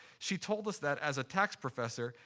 she told us that, as a tax professor,